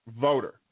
voter